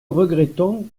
regrettons